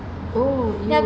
oh